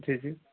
जी जी